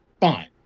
Fine